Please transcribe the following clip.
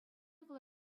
вӑл